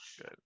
good